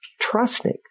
trusting